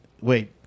wait